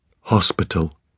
Hospital